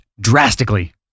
drastically